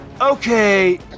Okay